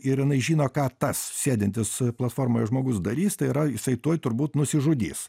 ir jinai žino ką tas sėdintis platformoje žmogus darys tai yra jisai tuoj turbūt nusižudys